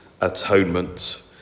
atonement